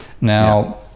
Now